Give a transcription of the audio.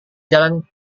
jalan